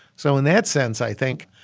so in that sense, i think,